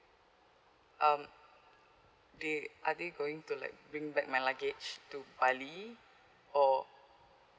um the are they going to like bring back my luggage to bali or